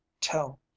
tell